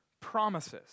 promises